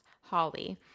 Holly